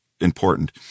important